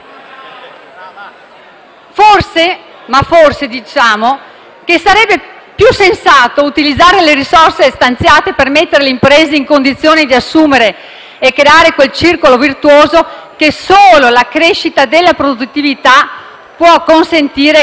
al lavoro! Forse sarebbe più sensato utilizzare le risorse stanziate per mettere le imprese in condizione di assumere e creare quel circolo virtuoso che solo la crescita della produttività può consentire e garantire.